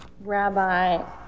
Rabbi